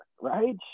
right